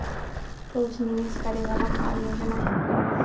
रोज निवेश करे वाला का योजना हे?